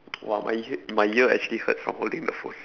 !wow! my hea~ my ear actually hurts from holding the phone